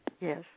Yes